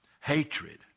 hatred